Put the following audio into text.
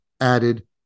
added